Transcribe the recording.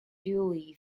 duly